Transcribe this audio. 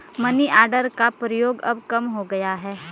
money order का प्रयोग अब कम हो गया है